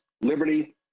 Liberty